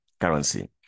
currency